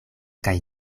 kaj